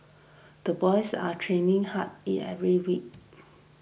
the boys are training hard eat every week